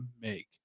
make